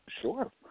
Sure